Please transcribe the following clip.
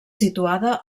situada